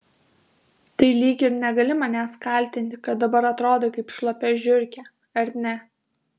tai lyg ir negali manęs kaltinti kad dabar atrodai kaip šlapia žiurkė ar ne